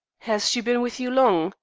has she been with you long?